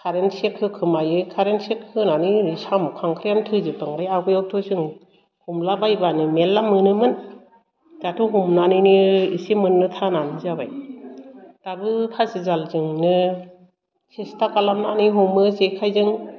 कारेन सेक होखुमायो कारेन सेक होनानै साम' खांख्रायनो थैजोबलांबाय आवगायावथ' जों हमलाबायबानो मेरला मोनोमोन दाथ' हमनानैनो एसे मोन्नो थानआनो जाबाय दाबो फासिजालजोंनो सेस्था खालामनानै हमो जेखायजों